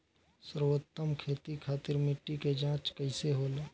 सर्वोत्तम खेती खातिर मिट्टी के जाँच कइसे होला?